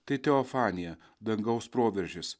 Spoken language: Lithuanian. tai teofanija dangaus proveržis